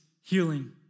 healing